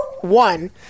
one